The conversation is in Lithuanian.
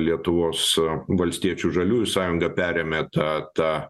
lietuvos valstiečių žaliųjų sąjunga perėmė tą tą